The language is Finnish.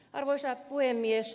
arvoisa puhemies